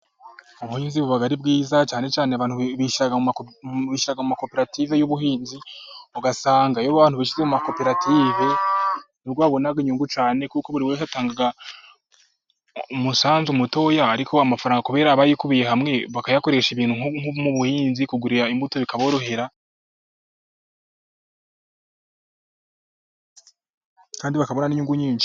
Ubuhinzi buba ari bwiza cyane cyane abantu bishyira mu ma koperative y'ubuhinzi, ugasanga iyo abantu bishyize mu makoperative nibwo babona inyungu cyane, kuko buri wese atanga umusanzu mutoya ariko amafaranga kubera aba yikubiye hamwe, bakayakoresha ibintu nko mu buhinzi kugura imbuto bikaborohera kandi bakabona n'inyungu nyinshi.